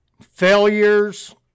failures